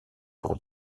pour